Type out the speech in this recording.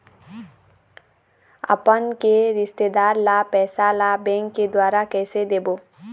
अपन के रिश्तेदार ला पैसा ला बैंक के द्वारा कैसे देबो?